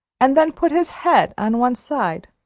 and then put his head on one side,